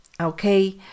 Okay